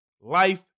life